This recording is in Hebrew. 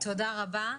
תודה רבה.